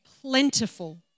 plentiful